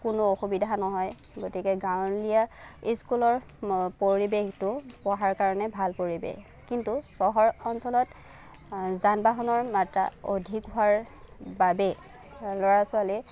কোনো অসুবিধা নহয় গতিকে গাঁৱলীয়া ইস্কুলৰ পৰিৱেশটো পঢ়াৰ কাৰণে ভাল পৰিৱেশ কিন্তু চহৰ অঞ্চলত যান বাহনৰ মাত্ৰা অধিক হোৱাৰ বাবে ল'ৰা ছোৱালীৰ